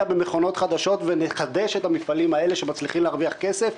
במכונות חדשות ונחדש את המפעלים האלה שמצליחים להרוויח כסף?